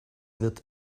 wird